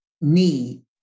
need